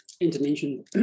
Indonesian